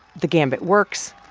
the gambit works.